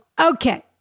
Okay